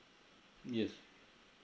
yes